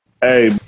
Hey